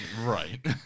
right